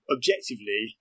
Objectively